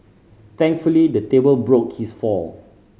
thankfully the table broke his fall